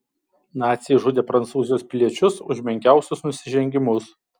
naciai žudė prancūzijos piliečius už menkiausius nusižengimus